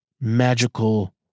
magical